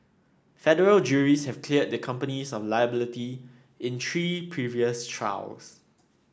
federal juries have cleared the companies of liability in three previous trials